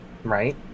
right